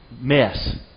mess